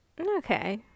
okay